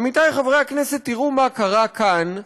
עמיתי חברי הכנסת, תראו מה קרה כאן,